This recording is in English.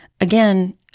again